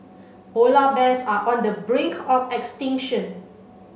polar bears are on the brink of extinction